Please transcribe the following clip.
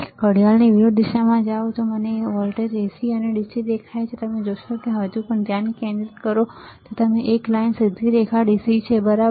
જો હું ઘડિયાળની વિરુદ્ધ દિશામાં જાઉં તો મને વોલ્ટેજ Ac અને dc દેખાય છે તમે જોશો કે તમે હજુ પણ વધુ ધ્યાન કેન્દ્રિત કરો છો જો તમે એક લાઇન સીધી રેખા dc છે બરાબર